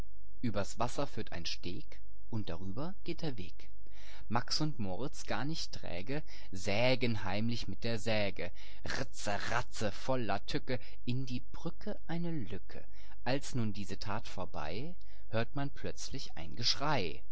übers wasser führt ein steg und darüber geht der weg illustration und die säge max und moritz gar nicht träge sägen heimlich mit der säge ritzeratze voller tücke in die brücke eine lücke als nun diese tat vorbei hört man plötzlich ein geschrei